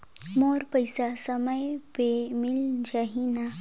मोर पइसा समय पे मिल जाही न?